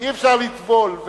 אי-אפשר לטבול,